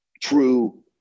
true